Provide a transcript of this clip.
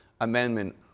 Amendment